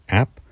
app